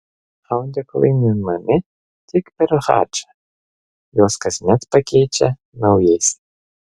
audeklai nuimami tik per hadžą juos kasmet pakeičia naujais